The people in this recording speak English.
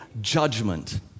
judgment